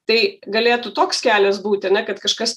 tai galėtų toks kelias būti ar ne kad kažkas